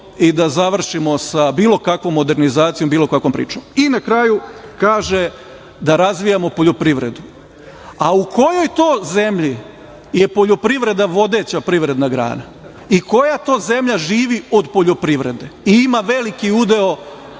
i da završimo sa bilo kakvom modernizacijom, bilo kakvom pričom. Na kraju kaže da razvijamo poljoprivredu. U kojoj to zemlji je poljoprivreda vodeća privredna grana i koja to zemlja živi od poljoprivrede i ima veliki udeo